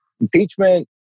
impeachment